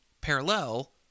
parallel